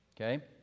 Okay